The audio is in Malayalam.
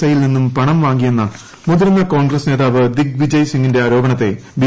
ഐയിൽ നിന്ന് പണം വാങ്ങിയെന്ന മുതിർന്ന കോൺഗ്രസ് നേതാവ് ദിഗ് വിജയ് സിംഗിന്റെ ആരോപണത്തെ ബി